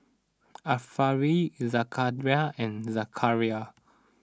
Arifa Zakaria and Zakaria